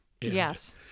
Yes